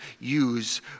use